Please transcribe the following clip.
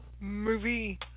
movie